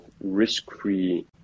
risk-free